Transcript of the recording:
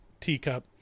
teacup